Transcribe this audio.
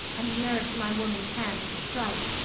and nerves my woman's hand to strike,